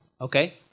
Okay